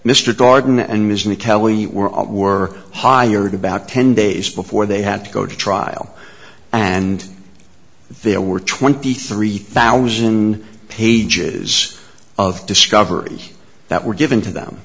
all were hired about ten days before they had to go to trial and there were twenty three thousand pages of discovery that were given to them